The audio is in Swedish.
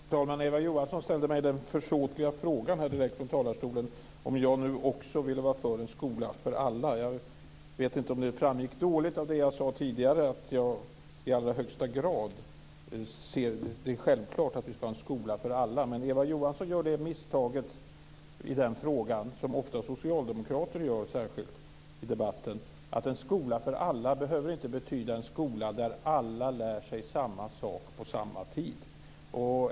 Fru talman! Eva Johansson ställde mig den försåtliga frågan direkt från talarstolen om jag också var för en skola för alla. Jag vet inte om det framgick dåligt av det jag sade tidigare att jag i allra högsta grad ser det som självklart att vi skall ha en skola för alla. Men Eva Johansson gör misstaget i den frågan, som ofta särskilt socialdemokrater gör i debatten, att en skola för alla inte behöver betyda en skola där alla lär sig samma sak på samma tid.